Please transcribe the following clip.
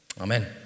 Amen